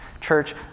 Church